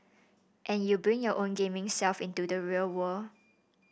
and you bring your own gaming self into the real world